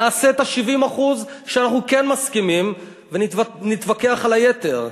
נעשה את ה-70% שאנחנו כן מסכימים ונתווכח על היתר.